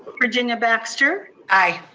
virginia baxter? aye.